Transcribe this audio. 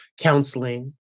counseling